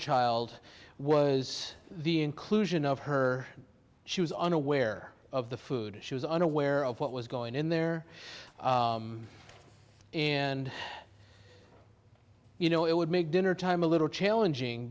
child was the inclusion of her she was unaware of the food she was unaware of what was going in there and you know it would make dinnertime a little challenging